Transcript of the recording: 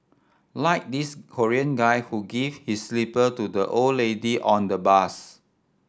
like this Korean guy who gave his slipper to the old lady on the bus